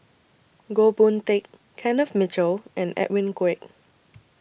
Goh Boon Teck Kenneth Mitchell and Edwin Koek